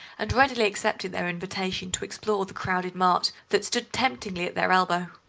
and readily accepted their invitation to explore the crowded mart that stood temptingly at their elbow.